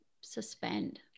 suspend